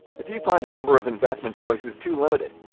if you find the number of investment choices too limited,